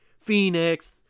Phoenix